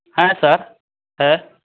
है सर है